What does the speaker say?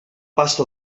pasta